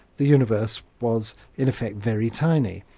the universe was in effect very tiny,